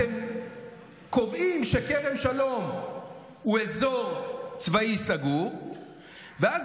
אתם קובעים שכרם שלום הוא אזור צבאי סגור ואז